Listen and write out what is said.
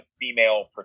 female